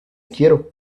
quiero